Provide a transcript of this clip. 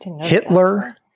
hitler